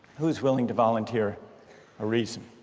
who's willing to volunteer a reason?